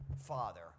Father